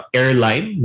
airline